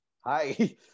hi